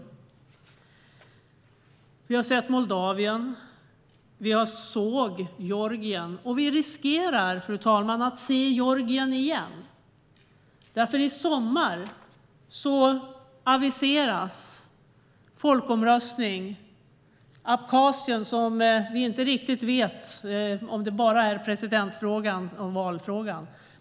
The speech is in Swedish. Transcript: Vi har sett Moldavien, vi såg Georgien, och vi riskerar, fru talman, att se Georgien igen, för i sommar aviseras en folkomröstning i Abchazien där vi inte riktigt vet om det bara är presidentfrågan som är valfrågan.